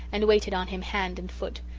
and waited on him hand and foot.